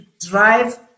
drive